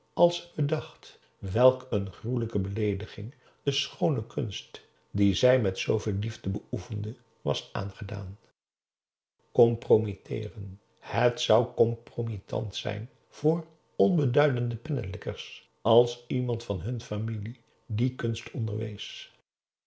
als ze bedacht welk een gruwelijke beleediging de schoone kunst die zij met zooveel liefde beoefende was aangedaan compromitteeren het zou compromittant zijn voor onbeduidende pennelikkers als iemand van hun familie die kunst onderwees